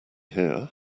here